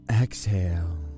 Exhale